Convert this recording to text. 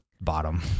bottom